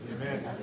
Amen